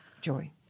Joy